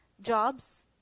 Jobs